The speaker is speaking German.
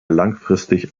langfristig